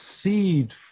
seed